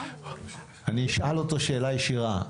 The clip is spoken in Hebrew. אני אשאל אותו שאלה ישירה.